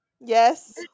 Yes